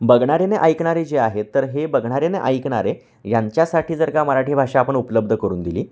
बघणारे आणि ऐकणारे जे आहेत तर हे बघणारे आणि ऐकणारे यांच्यासाठी जर का मराठी भाषा आपण उपलब्ध करून दिली